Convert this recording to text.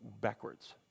backwards